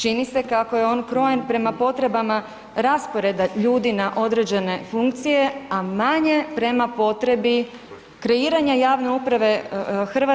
Čini se kako je on krojen prema potrebama rasporeda ljudi na određene funkcije, a manje prema potrebi kreiranja javne uprave RH